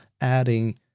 adding